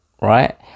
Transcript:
right